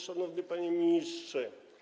Szanowny Panie Ministrze!